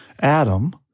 Adam